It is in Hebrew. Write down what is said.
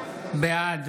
בעד